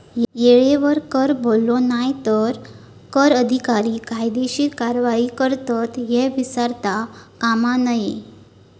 येळेवर कर भरलो नाय तर कर अधिकारी कायदेशीर कारवाई करतत, ह्या विसरता कामा नये